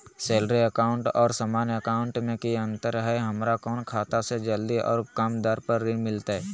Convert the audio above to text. Salary account और सामान्य account मे की अंतर है हमरा कौन खाता से जल्दी और कम दर पर ऋण मिलतय?